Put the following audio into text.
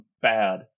bad